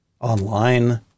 online